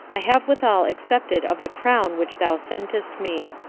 i have withal accepted of the crown which thou sentest me.